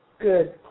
good